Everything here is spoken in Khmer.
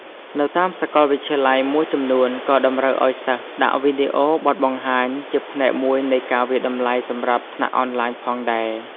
នៅតាមសកលវិទ្យាល៏យមួយចំនួនក៏តម្រូវឱ្យសិស្សដាក់វីដេអូបទបង្ហាញជាផ្នែកមួយនៃការវាយតម្លៃសម្រាប់ថ្នាក់អនឡាញផងដែរ។